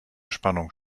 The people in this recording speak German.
spannung